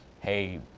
hey